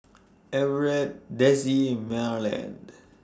Everet Dezzie Marland